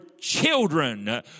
children